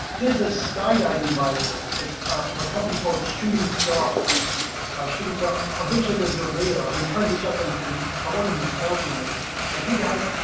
there's a skydiving buyers are, it's from a company called shooting star a shooting star um eventually going to do a video i've been trying to reach out to them and i wanted to sponsor me like hey guys,